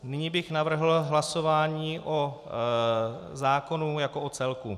Nyní bych navrhl hlasování o zákonu jako o celku.